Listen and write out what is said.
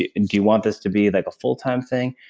you and you want this to be like a full time thing?